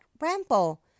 ramble